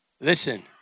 Listen